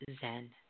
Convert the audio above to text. Zen